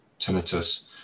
tinnitus